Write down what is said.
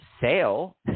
sale